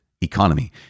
economy